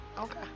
Okay